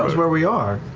where we are,